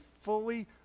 fully